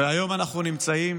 והיום אנחנו נמצאים